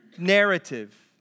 narrative